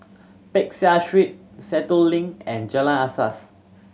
Peck Seah Street Sentul Link and Jalan Asas